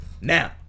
Now